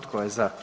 Tko je za?